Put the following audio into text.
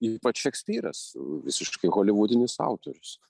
ypač šekspyras visiškai holivudinis autorius